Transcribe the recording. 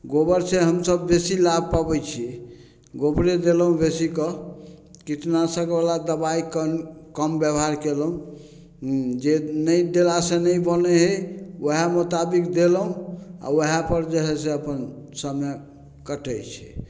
गोबर से हमसब बेसी लाभ पाबैत छियै गोबरे देलहुँ बेसी कऽ कीटनाशक बला दबाइ कऽ कम बेबहार कयलहुँ जे नहि देला से नहि बनै हय ओएह मोताबिक देलहुँ आ ओएह पर जे हय से अपन समय कटैत छै